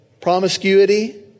promiscuity